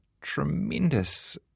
tremendous